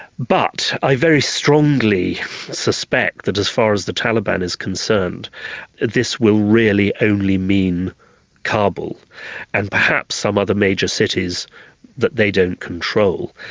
but i very strongly suspect that as far as the taliban is concerned this will really only mean kabul and perhaps some other major cities that they don't control.